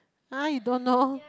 !huh! you don't know